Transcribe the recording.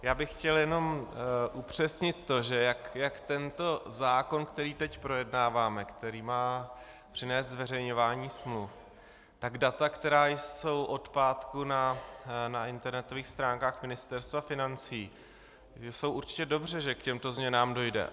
Já bych chtěl jenom upřesnit to, že jak tento zákon, který teď projednáváme, který má přinést zveřejňování smluv, tak data, která jsou od pátku na internetových stránkách Ministerstva financí, jsou určitě dobře, že k těmto změnám dojde.